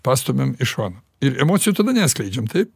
pastumiam į šoną ir emocijų tada neskleidžiam taip